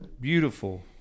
beautiful